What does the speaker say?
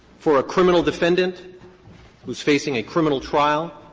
for a criminal defendant who's facing a criminal trial,